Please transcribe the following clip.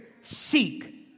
seek